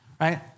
right